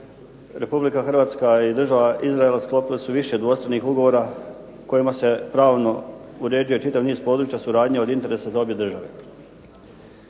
Republika Hrvatska i država Izrael sklopili su više dvostranih ugovora kojima se pravno uređuje čitav niz područja suradnje od interesa za obje države.